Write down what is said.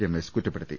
രമേശ് കുറ്റപ്പെടുത്തി